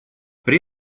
при